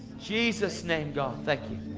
jesus name, god, thank you.